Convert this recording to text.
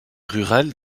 rurale